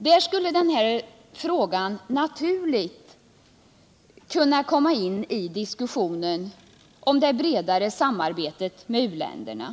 Där skulle denna fråga naturligt kunna komma in i diskussionen om det bredare samarbetet med u-länderna.